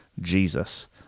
Jesus